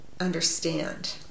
understand